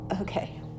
Okay